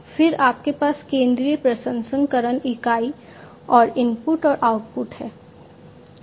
फिर आपके पास केंद्रीय प्रसंस्करण इकाई और इनपुट और आउटपुट है